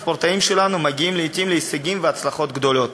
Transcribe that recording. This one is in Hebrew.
הספורטאים שלנו מגיעים לעתים להישגים ולהצלחות גדולות.